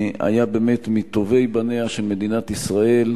הוא היה באמת מטובי בניה של מדינת ישראל.